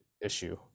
issue